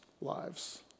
lives